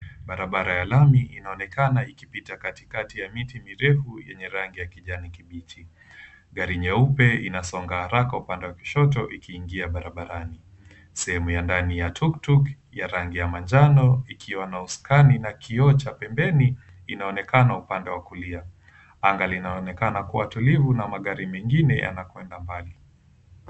Barabara ya lami inaonekana ikipita katikati ya miti mirefu yenye rangi ya kijani kibichi. Gari nyeupe inasonga haraka upande wa kushoto, ikiingia barabarani. Sehemu ya ndani, ta tukutuku ya rangi ya manjano, ikiwa na uskani na kioo cha pembeni, inaonekana upande wa kulia. Anga linaonekana kuwa tulivu, na magari mengine yanakwenda mbali.